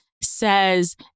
Says